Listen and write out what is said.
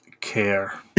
care